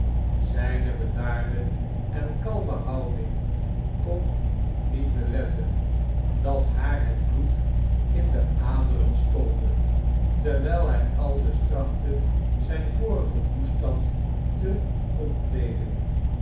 zjjne bedaarde en kalme houding kon niet beletten dat haar het bloed in de aderen stolde terwyi hij aldus trachtte zijn vorigen toestand te ontleden